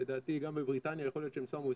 לדעתי גם בבריטניה, יכול להיות שהם שמו 2035,